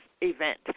event